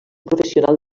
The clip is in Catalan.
professional